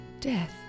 death